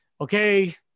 okay